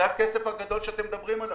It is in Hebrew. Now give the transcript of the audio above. זה הכסף הגדול שאתם מדברים עליו.